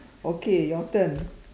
okay your turn